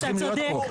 אתה צודק,